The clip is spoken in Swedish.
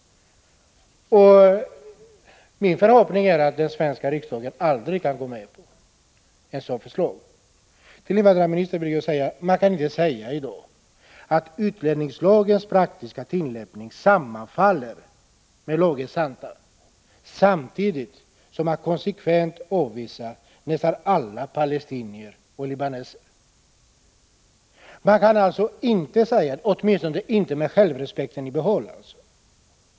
Min förhoppning är att den svenska riksdagen aldrig går med på ett sådant förslag. Till invandrarministern vill jag säga att man i dag inte kan påstå att utlänningslagens praktiska tillämpning sammanfaller med dess anda, när man samtidigt konsekvent avvisar nästan alla palestinier och libaneser. Det kan man inte säga, åtminstone inte med självrespekten i behåll.